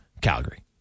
Calgary